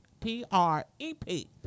P-R-E-P